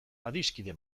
adiskide